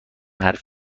حرفی